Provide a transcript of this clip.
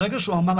ברגע שהוא אמר,